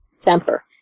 temper